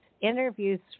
interviews